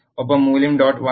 ഒപ്പം മൂല്യം dot var